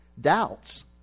Doubts